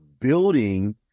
building –